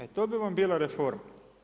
E to bi vam bila reforma.